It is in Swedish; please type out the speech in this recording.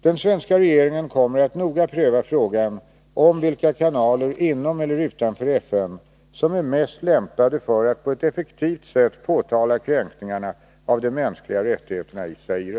Den svenska regeringen kommer att noga pröva frågan om vilka kanaler inom eller utanför FN som är mest lämpade för att på ett effektivt sätt påtala kränkningarna av de mänskliga rättigheterna i Zaire.